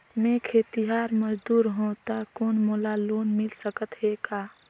मैं खेतिहर मजदूर हों ता कौन मोला लोन मिल सकत हे का?